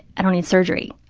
i don't need surgery.